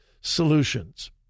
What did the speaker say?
Solutions